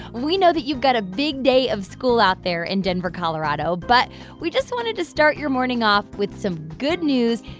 we know that you've got a big day of school out there in denver, colo. but but we just wanted to start your morning off with some good news.